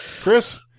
Chris